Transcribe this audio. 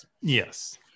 Yes